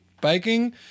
Biking